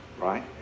right